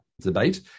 debate